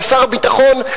כשר ביטחון.